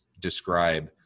describe